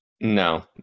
No